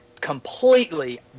completely